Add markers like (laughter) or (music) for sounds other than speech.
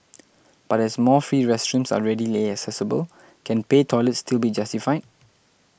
(noise) but as more free restrooms are readily accessible can pay toilets still be justified